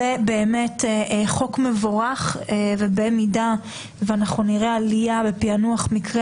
זה באמת חוק מבורך ובמידה ואנחנו נראה עלייה בפענוח מקרי